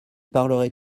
parlerai